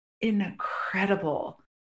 incredible